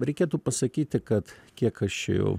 reikėtų pasakyti kad kiek aš čia jau